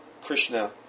Krishna